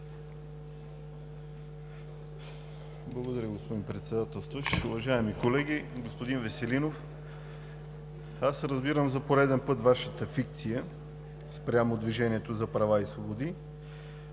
Благодаря, господин Председателстващ. Уважаеми колеги! Господин Веселинов, аз разбирам за пореден път Вашата фикция спрямо „Движението за права и свободи“,